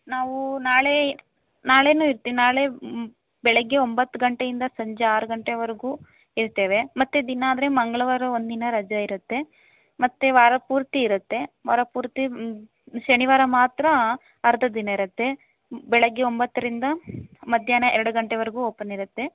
ನಾವು ನಾಳೆ ನಾಳೆನು ಇರ್ತಿನಿ ನಾಳೆ ಬೆಳಿಗ್ಗೆ ಒಂಬತ್ತು ಗಂಟೆಯಿಂದ ಸಂಜೆ ಆರು ಗಂಟೆವರೆಗು ಇರ್ತೇವೆ ಮತ್ತೆ ದಿನ ಆದರೆ ಮಂಗಳವಾರ ಒಂದಿನ ರಜಾ ಇರುತ್ತೆ ಮತ್ತೆ ವಾರ ಪೂರ್ತಿ ಇರುತ್ತೆ ವಾರ ಪೂರ್ತಿ ಶನಿವಾರ ಮಾತ್ರ ಅರ್ಧ ದಿನ ಇರುತ್ತೆ ಬೆಳಗ್ಗೆ ಒಂಬತ್ತರಿಂದ ಮಧ್ಯಾಹ್ನ ಎರಡು ಗಂಟೆವರೆಗು ಓಪನ್ ಇರುತ್ತೆ